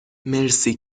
مرسی